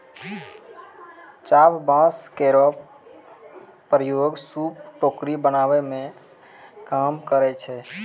चाभ बांस केरो प्रयोग सूप, टोकरी बनावै मे काम करै छै